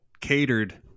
catered